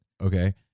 Okay